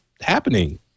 happening